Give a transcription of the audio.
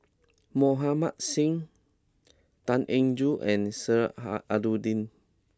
Mohan Singh Tan Eng Joo and Sheik Alau'ddin